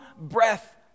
breath